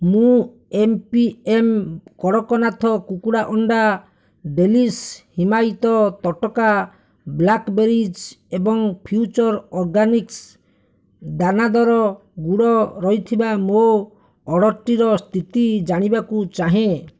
ମୁଁ M P M Kadaknath କୁକୁଡ଼ା ଅଣ୍ଡା ଡେଲିଶ୍ ହିମାୟିତ ତଟକା ବ୍ଲାକ୍ବେରିଜ୍ ଏବଂ ଫ୍ୟୁଚର୍ ଅର୍ଗାନିକ୍ସ ଦାନାଦାର ଗୁଡ଼ ରହିଥିବା ମୋ ଅର୍ଡ଼ର୍ଟିର ସ୍ଥିତି ଜାଣିବାକୁ ଚାହେଁ